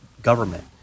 Government